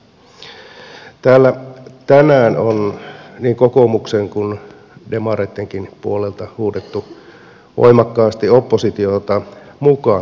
täällä tänään on niin kokoomuksen kuin demareittenkin puolelta huudettu voimakkaasti oppositiota mukaan kuntauudistukseen